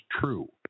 true